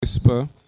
whisper